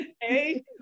hey